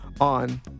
on